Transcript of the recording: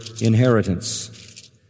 inheritance